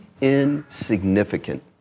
insignificant